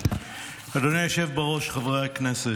אדוני היושב בראש, חברי הכנסת,